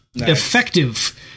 Effective